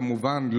כמובן,